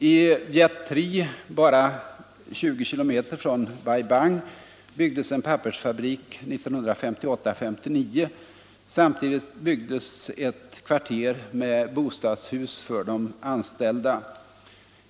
I Viet Tri bara 20 kilometer från Bai Bang byggdes en pappersfabrik 1958-1959. Samtidigt byggdes ett kvarter med bostadshus för de anställda.